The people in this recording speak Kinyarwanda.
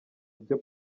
byo